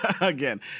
Again